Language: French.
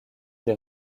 des